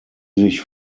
sich